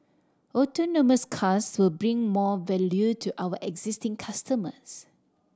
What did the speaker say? autonomous cars will bring more value to our existing customers